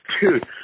Dude